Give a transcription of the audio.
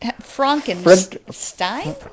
Frankenstein